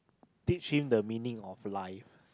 teach him the meaning of life